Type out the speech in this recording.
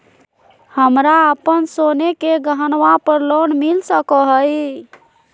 हमरा अप्पन सोने के गहनबा पर लोन मिल सको हइ?